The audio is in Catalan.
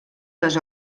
les